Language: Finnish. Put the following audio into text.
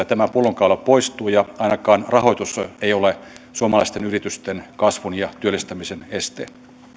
tämä pullonkaula poistuu ja ainakaan rahoitus ei ole suomalaisten yritysten kasvun ja työllistämisen este